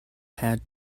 had